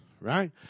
Right